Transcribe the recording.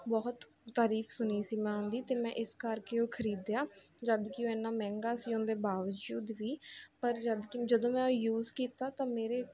ਬਹੁਤ ਤਾਰੀਫ ਸੁਣੀ ਸੀ ਮੈਂ ਉਹਨਾਂ ਦੀ ਅਤੇ ਮੈਂ ਇਸ ਕਰਕੇ ਉਹ ਖਰੀਦਿਆ ਜਦੋਂ ਕਿ ਉਹ ਇੰਨਾ ਮਹਿੰਗਾ ਸੀ ਉਹਦੇ ਬਾਵਜੂਦ ਵੀ ਪਰ ਜਦੋਂ ਕਿ ਜਦੋਂ ਮੈਂ ਉਹ ਯੂਜ ਕੀਤਾ ਤਾਂ ਮੇਰੇ